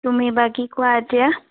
তুমি বা কি কোৱা এতিয়া